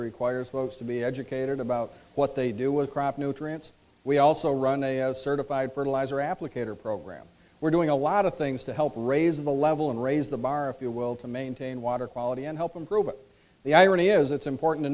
requires folks to be educated about what they do with crop nutrients we also run a certified fertilizer applicator program we're doing a lot of things to help raise the level and raise the bar if you will to maintain water quality and help them grow but the irony is it's important to